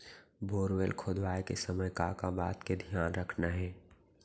Borewell खोदवाए के समय का का बात के धियान रखना हे?